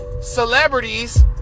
celebrities